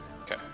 okay